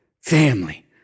Family